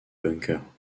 bunkers